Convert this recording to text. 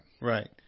Right